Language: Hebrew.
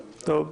(נגיף הקורונה החדש) (דחיית תקופות בענייני הליכי מס),